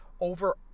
Over